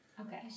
Okay